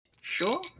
Sure